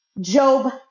Job